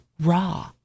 raw